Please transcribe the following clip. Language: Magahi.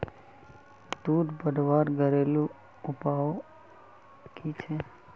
दूध बढ़वार घरेलू उपाय की छे?